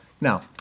Now